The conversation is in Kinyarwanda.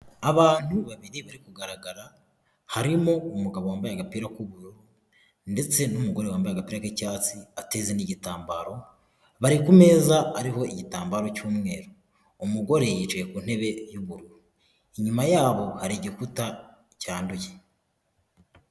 Abantu babiri bari kugaragara, harimo umugabo wambaye agapira k'ubururu ndetse n'umugore wambaye agapira k'icyatsi, ateze n'igitambaro, bari ku meza ariho igitambaro cy'umweru. Umugore yicaye ku ntebe y'ubururu. Inyuma yabo, hari igikuta cyanduye.